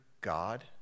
God